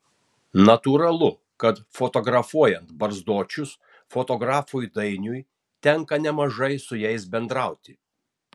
natūralu kad fotografuojant barzdočius fotografui dainiui tenka nemažai su jais bendrauti